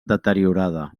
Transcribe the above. deteriorada